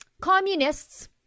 communists